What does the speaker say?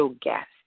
guest